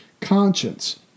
conscience